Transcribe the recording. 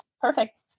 Perfect